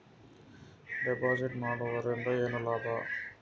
Deposit ಮಾಡುದರಿಂದ ಏನು ಲಾಭ?